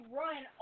run